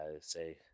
say